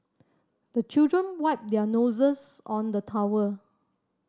the children wipe their noses on the towel